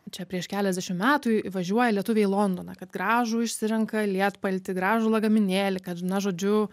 čia prieš keliasdešim metų važiuoja lietuviai londoną kad gražų išsirenka lietpaltį gražų lagaminėlį kad na žodžiu